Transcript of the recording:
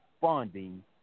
funding